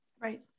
Right